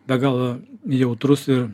be galo jautrus ir